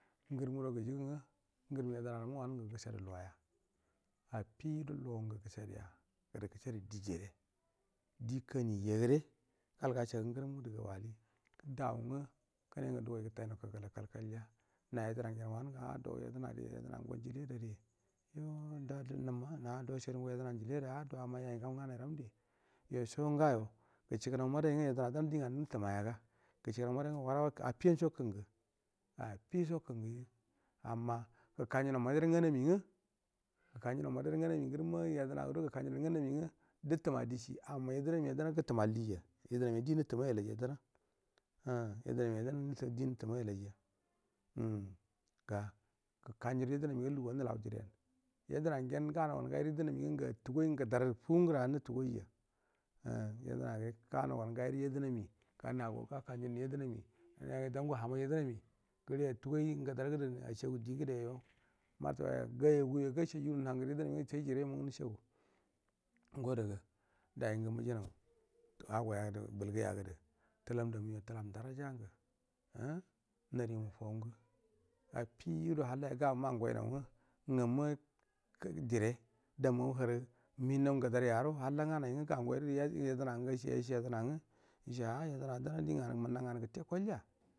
Ngurumdo gujigunga ngurum yedna ramma wanan nga nga gushed loya affido ngel gusheduya ra guskeda di jire dikani jagu re gal ga shagu ngu rundu lu ali dau nga kine nge du gowai gutfai nau kagal la kalkal ja na yedna nge aa do yednari yedna ngo injili adarri yo ndari rumma yon da ri numa do yai ngau nga nai ram dj yoi songaye gucci gu nau madainga yo yedna dan dinganu nu tu ma yaga gushi ga nau madai ngel wala affi anso gu kungu ammci gakanju nau ma clai ran ga naimi nga guka j unau madairu nga nai mi ngurumma yedna do gukun ja nau madai ru ngai mingu dutu ma dishi amma yedna miadana gutu mar disa yednami dana gutumar disa yednami di nu mai alaja dana um yednaiya din nishi dinutu mai alaija um ga gukanji ra yedna minga lugu wana nulau kiren yedna ngenmano gan gai ra yedna mia nga nga atugoi ngudat funn gur a nu tu goi ja um yedna re ga no gan gai ru yednami ganago gakanja nu ru yednaki miya ga dan go hamai yedna mi gune attu goi ngudar ru ashagu din gude yo masha gaya guyo gasha ju gudu naha mai yednarai ngu sai jere mungu nushagu ngi da ga dai ngu mu ji nau agoya dudu bulgu ga gudu tilam nda muya tu lam nda todo dora jun gu um naji mufau ngelaffido halla yo mango inau nga ngamma um jire damma turu mitinna ngu darya maro halla ngainai ngu gan yise a yedna dana dinganu munna nganu gutte koija.